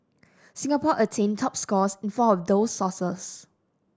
Singapore attained top scores in four of those sources